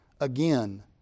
Again